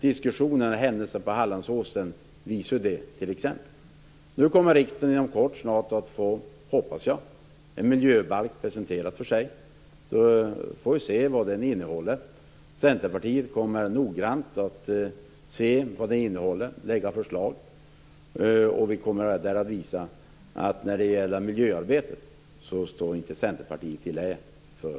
Diskussionerna om t.ex. händelsen på Hallandsåsen visar på det. Inom kort kommer riksdagen, hoppas jag, att få en miljöbalk presenterad för sig. Vi får se vad den innehåller. Centerpartiet kommer att noga studera dess innehåll och att lägga fram förslag. Vi kommer där att visa att Centerpartiet i miljöarbetet inte står i lä för